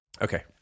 Okay